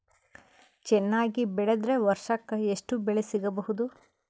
ಚೆನ್ನಾಗಿ ಬೆಳೆದ್ರೆ ವರ್ಷಕ ಎಷ್ಟು ಬೆಳೆ ಸಿಗಬಹುದು?